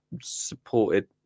supported